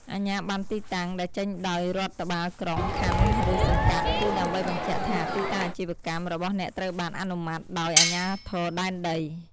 អាជ្ញាប័ណ្ណទីតាំង ដែលចេញដោយ រដ្ឋបាលក្រុង ខណ្ឌ ឬសង្កាត់ គឺដើម្បីបញ្ជាក់ថា ទីតាំងអាជីវកម្ម របស់អ្នកត្រូវបាន អនុម័ត ដោយ អាជ្ញាធរដែនដី។